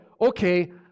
okay